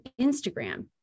Instagram